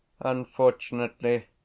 Unfortunately